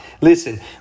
Listen